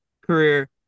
career